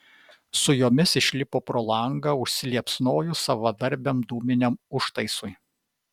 su jomis išlipo pro langą užsiliepsnojus savadarbiam dūminiam užtaisui